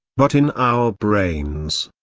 but in our brains.